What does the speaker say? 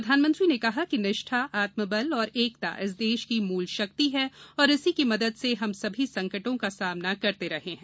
प्रधानमंत्री ने कहा कि निष्ठा आत्मबल और एकता इस देश की मूल शक्ति है और इसी की मदद से हम सभी संकटों का सामना करते रहे हैं